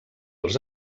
als